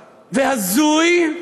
והזוי,